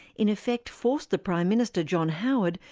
in effect forced the prime minister, john howard,